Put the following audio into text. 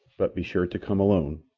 but be sure to come alone,